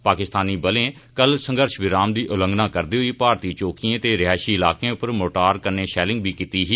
पाकिस्तानी बलें कल संघर्ष विराम दी उल्लंघना करदे होई भारतीय चौकिएं ते रिहायशी इलाकें पर मोटरिं कन्नै शैलिंग बी कीती ही